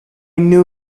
knew